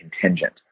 contingent